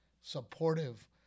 supportive